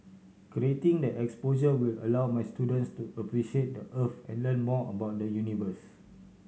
creating the exposure will allow my students to appreciate the Earth and learn more about the universe